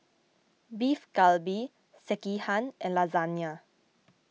Beef Galbi Sekihan and Lasagna